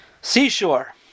seashore